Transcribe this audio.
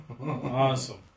Awesome